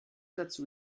dazu